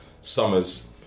summer's